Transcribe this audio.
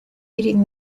eating